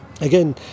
Again